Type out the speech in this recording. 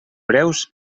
breus